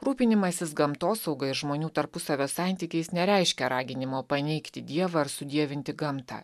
rūpinimasis gamtosauga ir žmonių tarpusavio santykiais nereiškia raginimo paneigti dievą ar sudievinti gamtą